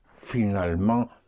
finalement